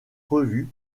revue